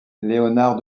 léonard